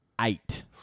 Eight